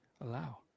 allow